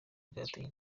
bwateye